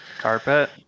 Carpet